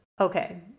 okay